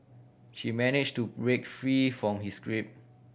she managed to break free from his grip